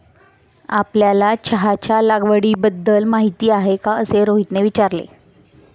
आपल्याला चहाच्या लागवडीबद्दल माहीती आहे का असे रोहितने विचारले?